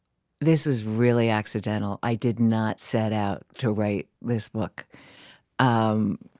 this was really accidental. i did not set out to write this book um